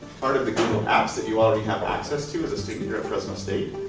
part of the google aps that you already have access to as a student here at fresno state.